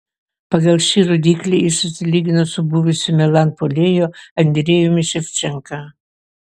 pagal šį rodiklį jis susilygino su buvusiu milan puolėju andrejumi ševčenka